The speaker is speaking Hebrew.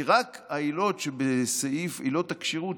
כי רק העילות שבסעיף עילות הכשירות,